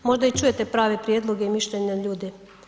Možda i čujete prave prijedloge i mišljenja ljudi.